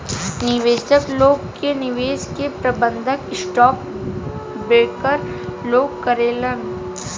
निवेशक लोग के निवेश के प्रबंधन स्टॉक ब्रोकर लोग करेलेन